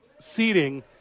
seating